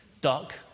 Duck